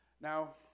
Now